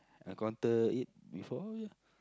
encounter it before